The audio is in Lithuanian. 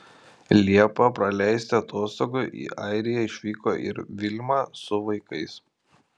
liepą praleisti atostogų į airiją išvyko ir vilma su vaikais